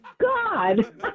God